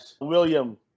William